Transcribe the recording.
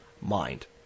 mind